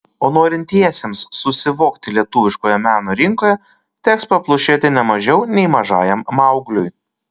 o norintiesiems susivokti lietuviškoje meno rinkoje teks paplušėti ne mažiau nei mažajam maugliui